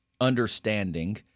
understanding